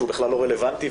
שהוא בכלל לא רלוונטי,